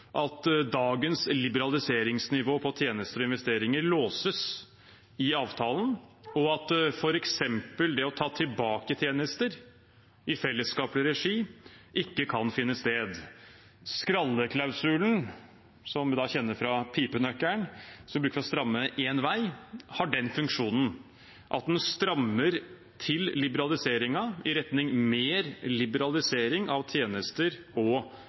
at dagens liberaliseringsnivå på tjenester og investeringer låses i avtalen, og at f.eks. det å ta tilbake tjenester i felleskapets regi ikke kan finne sted. Skralleklausulen – skralle som vi da kjenner fra pipenøkkelen, som brukes til å stramme én vei – har den funksjonen at den strammer til liberaliseringen i retning mer liberalisering av tjenester og